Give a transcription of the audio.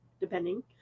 depending